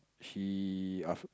she af~